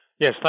Yes